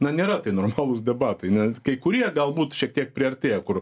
na nėra tai normalūs debatai ne kai kurie galbūt šiek tiek priartėja kur